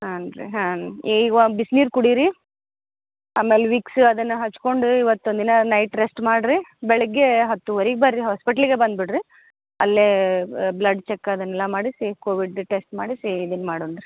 ಹಾಂ ರೀ ಹಾಂ ಈಗ ವ ಬಿಸ್ನೀರು ಕುಡಿರಿ ಆಮೇಲೆ ವಿಕ್ಸ್ ಅದನ್ನು ಹಚ್ಚಿಕೊಂಡು ಇವತ್ತೊಂದಿನ ನೈಟ್ ರೆಸ್ಟ್ ಮಾಡಿ ಬೆಳಿಗ್ಗೆ ಹತ್ತುವರಿಗೆ ಬರ್ರಿ ಹಾಸ್ಪಿಟ್ಲಿಗೆ ಬಂದು ಬಿಡಿರಿ ಅಲ್ಲೇ ಬ್ಲಡ್ ಚೆಕ್ ಅದನೆಲ್ಲ ಮಾಡಿ ಫೇಕ್ ಕೋವಿಡ್ ಟೆಸ್ಟ್ ಮಾಡಿ ಸೆ ಇದನ್ನು ಮಾಡೋನು ರೀ